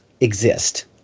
exist